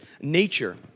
nature